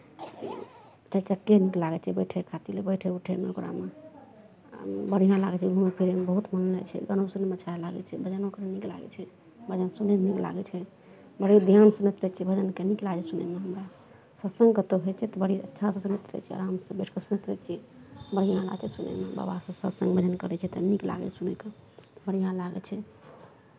चारि चक्के नीक लागै छै बैठय खातिर बैठय उठयमे ओकरामे बढ़िआँ लागै छै घुमय फिरयमे बहुत मन लागै छै गानो सुनयमे अच्छा लागै छै भजनो करयमे नीक लागै छै भजन सुनयमे नीक लागै छै बड़ी ध्यानसँ करै छियै भजनके नीक लागै छै सुनयमे हमरा सत्संग कतहु होइ छै तऽ बड़ी अच्छासँ सुनैत रहै छियै आरामसँ बैठि कऽ सुनैत रहै छियै बढ़िआँ लागै छै सुनयमे बाबासभ सत्संग भजन करै छै तऽ नीक लागै छै सुनयके बढ़िआँ लागै छै